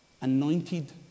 anointed